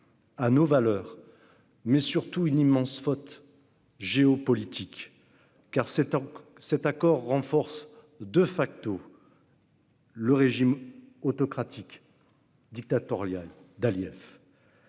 à nos valeurs, mais aussi, et surtout, une immense faute géopolitique, car cet accord renforce le régime autocratique, dictatorial d'Aliyev.